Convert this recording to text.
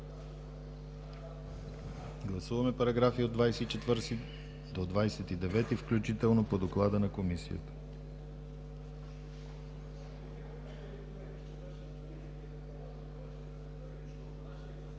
гласуване параграфи от 24 до 29 включително по доклада на Комисията.